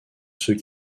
ceux